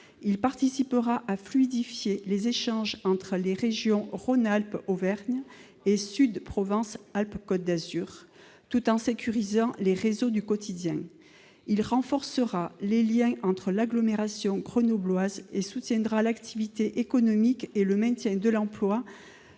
Il participera à fluidifier les échanges entre les régions Auvergne-Rhône-Alpes et Provence-Alpes-Côte d'Azur, tout en sécurisant les réseaux du quotidien. Il renforcera les liens avec l'agglomération grenobloise et soutiendra l'activité économique et le maintien de l'emploi